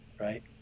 right